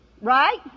Right